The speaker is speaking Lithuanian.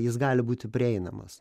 jis gali būti prieinamas